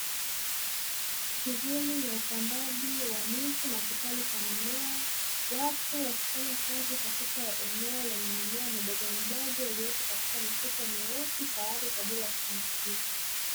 Shughuli ya upandaji wa miti na kitalu cha mimea watu, wakifanya kazi katika eneo lenye mimea midogo midogo iliyopo katika mifuko meusi tayari kwajili ya kupandikizwa.